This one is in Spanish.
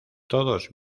todos